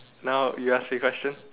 now you ask me question